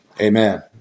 Amen